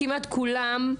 כמעט כולם,